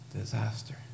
disaster